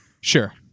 Sure